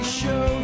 show